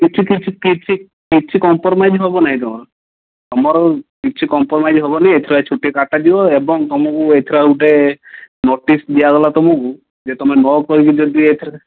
କିଛି କିଛି କିଛି କିଛି କମ୍ପରମାଇଜ୍ ହେବ ନାଇଁ ତୁମର ତୁମର କିଛି କମ୍ପରମାଇଜ୍ ହେବନି ଏଥର ଏ ଛୁଟି କାଟା ଯିବ ଏବଂ ତୁମର ଏଥର ଆଉ ଗୋଟେ ନୋଟିସ୍ ଦିଆଗଲା ତୁମକୁ ଯେ ତୁମେ ନ କହିକି ଯଦି ଏଥରକ